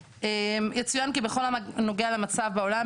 יצוין כי בכל הנוגע למצב בעולם,